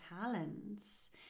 talents